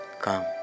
come